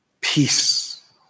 Peace